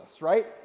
right